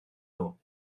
nhw